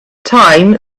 time